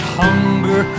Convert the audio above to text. hunger